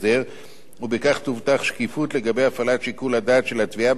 ובכך תובטח שקיפות לגבי הפעלת שיקול הדעת של התביעה בהפעלת סמכותה.